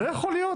לא יכול להיות